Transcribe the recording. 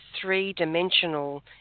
three-dimensional